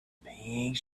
pink